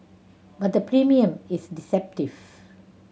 but the premium is deceptive